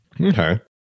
okay